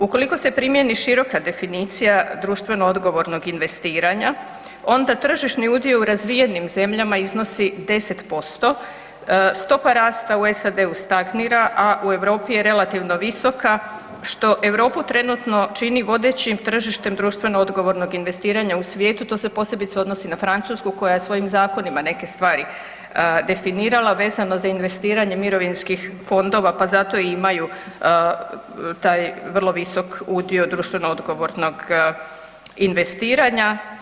Ukoliko se primjeni široka definicija društveno odgovornog investiranja, onda tržišni udio u razvijenim zemljama iznosi 10%, stopa rasta u SAD-u stagnira, u Europi je relativno visoka što Europu trenutno čini vodećim tržištem društveno odgovorno investiranja u svijetu, to se posebice odnosi na Francusku koja svojim zakonima neke stvari definirala, vezano za investiranje mirovinskih fondova pa zato imaju taj vrlo visok udio društveno odgovornog investiranja.